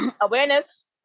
awareness